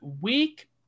week